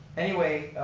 anyway,